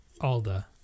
Alda